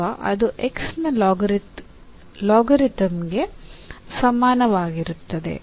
ಅಥವಾ ಅದು x ನ ಲಾಗರಿಥಮಿಕ್ಗೆ ಸಮಾನವಾಗಿರುತ್ತದೆ